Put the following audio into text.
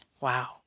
Wow